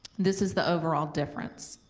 this is the overall difference.